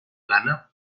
plana